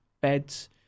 beds